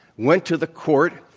went to the court,